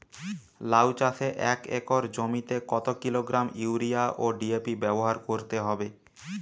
লাউ চাষে এক একর জমিতে কত কিলোগ্রাম ইউরিয়া ও ডি.এ.পি ব্যবহার করতে হবে?